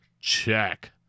Check